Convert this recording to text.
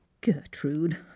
gertrude